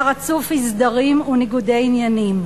היה רצוף אי-סדרים וניגודי עניינים.